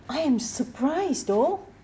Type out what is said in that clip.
I am surprised though